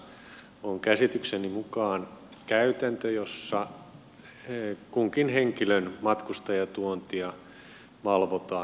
ruotsissa on käsitykseni mukaan käytäntö jossa kunkin henkilön matkustajatuontia valvotaan